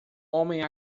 homem